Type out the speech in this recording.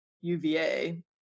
UVA